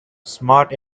smart